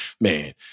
man